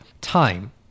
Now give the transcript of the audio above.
time